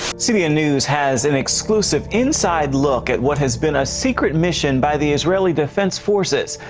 cbn news has an exclusive inside look at what has been a secret mission by the israeli defense forces.